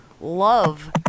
love